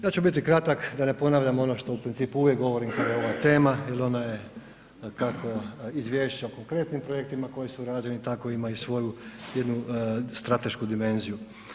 Ja ću biti kratak da ne ponavljam ono što u principu uvijek govorim kada je ovo tema jer ona je kako izvješće o konkretnim projektima koji su rađeni tako ima i svoju jednu stratešku dimenziju.